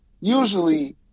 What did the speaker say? usually –